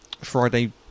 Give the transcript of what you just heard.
Friday